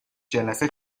جلسه